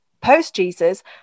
post-Jesus